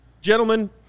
Gentlemen